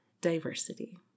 diversity